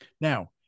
Now